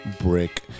brick